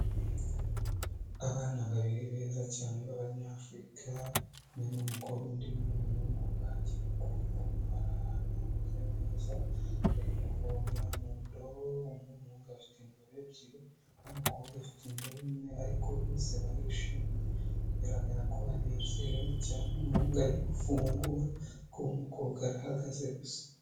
Abana babiri beza cyane b'Abanyafurika, umwe n'umukobwa undi n'umuhungu, bagiye kuvoma bari ahantu hameze neza, bari kuvomera mu ndobo uw'umuhungu afite indobo ebyiri, uw'umukobwa afite indobo imwe ariko bose barishimye bigaragara ko banezerewe cyane, uw'umuhungu ari gufungura ariko uw'umukobwa arahagaze gusa.